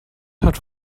hat